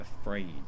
afraid